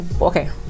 okay